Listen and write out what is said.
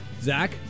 Zach